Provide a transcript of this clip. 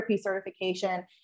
certification